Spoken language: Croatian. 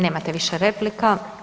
Nemate više replika.